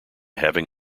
having